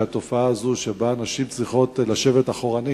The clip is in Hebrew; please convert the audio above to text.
שהתופעה הזאת שנשים צריכות לשבת מאחור,